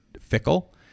fickle